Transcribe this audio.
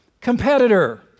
competitor